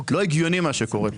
לא הגיוני מה שקורה כאן,